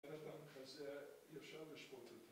זה אי אפשר לשפוט את זה